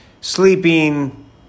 sleeping